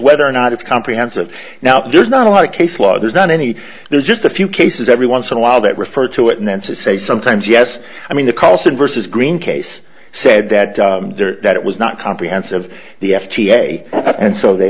whether or not it's comprehensive now there's not a lot of case law there's not any there's just a few cases every once in a while that refer to it and then to say sometimes yes i mean the carlson versus green case said that it was not comprehensive the f d a and so they